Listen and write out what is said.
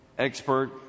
expert